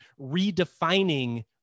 redefining